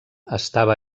estava